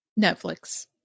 Netflix